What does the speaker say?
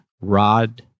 rod